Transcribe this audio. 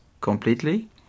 completely